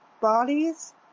bodies